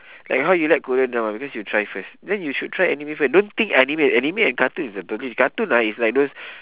like how you like korean drama because you try first then you should try anime first don't think anime anime and cartoon is a totally cartoon ah is like those